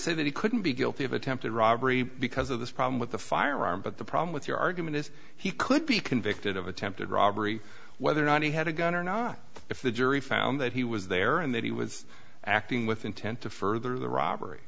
say that he couldn't be guilty of attempted robbery because of this problem with the firearm but the problem with your argument is he could be convicted of attempted robbery whether or not he had a gun or not if the jury found that he was there and that he was acting with intent to further the robbery